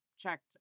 checked